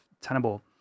tenable